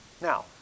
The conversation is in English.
Now